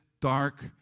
dark